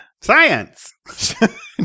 Science